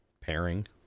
pairing